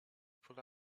pull